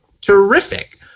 terrific